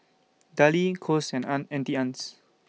Darlie Kose and Auntie Anne's